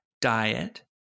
diet